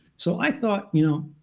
so i thought, you know,